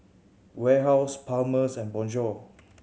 Warehouse Palmer's and Bonjour